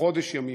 לחודש ימים,